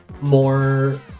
more